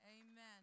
Amen